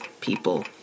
people